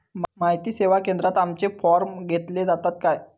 माहिती सेवा केंद्रात आमचे फॉर्म घेतले जातात काय?